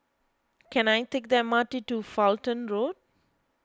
can I take the M R T to Fulton Road